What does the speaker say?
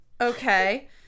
Okay